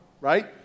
right